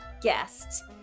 guest